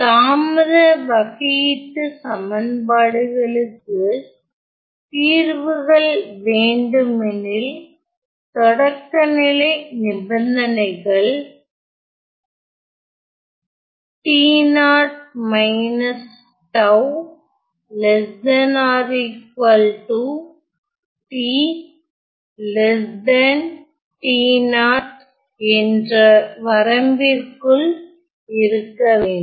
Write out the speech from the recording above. தாமத வகையீட்டுச் சமன்பாடுளுக்கு தீர்வுகள் வேண்டுமெனில் தொடக்கநிலை நிபந்தனைகள் t0 𝜏 t t0 என்ற வரம்பிற்குள் இருக்க வேண்டும்